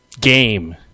game